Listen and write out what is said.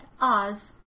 Oz